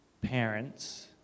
parents